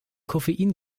koffein